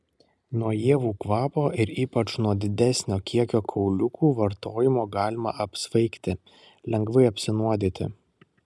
nuo ievų kvapo ir ypač nuo didesnio kiekio kauliukų vartojimo galima apsvaigti lengvai apsinuodyti